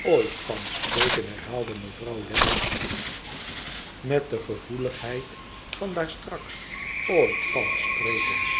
ooit van spreken herhaalde mevrouw lammie met de gevoeligheid van daar straks ooit van spreken